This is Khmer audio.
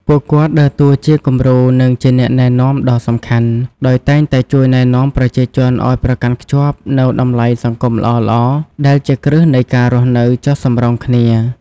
ពួកគាត់ដើរតួជាគំរូ និងជាអ្នកណែនាំដ៏សំខាន់ ដោយតែងតែជួយណែនាំប្រជាជនឲ្យប្រកាន់ខ្ជាប់នូវតម្លៃសង្គមល្អៗ ដែលជាគ្រឹះនៃការរស់នៅចុះសម្រុងគ្នា។